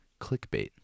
clickbait